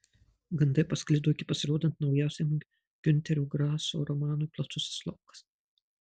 gandai pasklido iki pasirodant naujausiam giunterio graso romanui platusis laukas